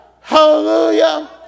Hallelujah